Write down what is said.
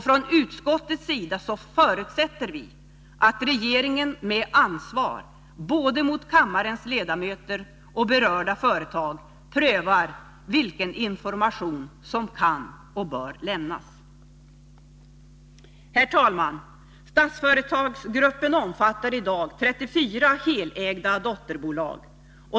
Från utskottets sida förutsätter vi att regeringen med ansvar, både mot kammarens ledamöter och berörda företag, prövar vilken information som kan och bör lämnas. Herr talman! Statsföretagsgruppen omfattar i dag 34 helägda dotterbolag.